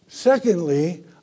Secondly